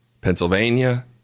Pennsylvania